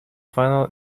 final